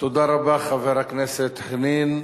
תודה רבה, חבר הכנסת חנין.